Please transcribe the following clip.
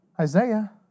Isaiah